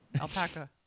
Alpaca